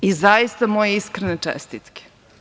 Zaista, moje iskrene čestitke.